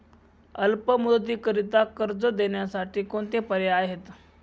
अल्प मुदतीकरीता कर्ज देण्यासाठी कोणते पर्याय आहेत?